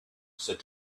said